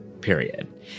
period